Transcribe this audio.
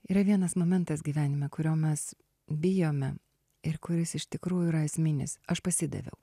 yra vienas momentas gyvenime kurio mes bijome ir kuris iš tikrųjų yra esminis aš pasidaviau